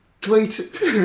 Tweet